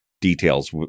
details